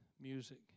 music